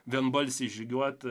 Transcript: vienbalsiai žygiuoti